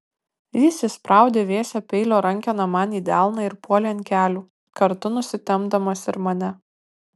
jis įspraudė vėsią peilio rankeną man į delną ir puolė ant kelių kartu nusitempdamas ir mane